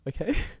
Okay